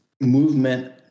movement